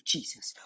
Jesus